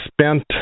spent